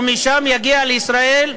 ומשם יגיע לישראל,